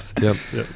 yes